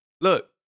Look